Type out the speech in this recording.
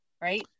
right